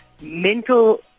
mental